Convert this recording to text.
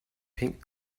pink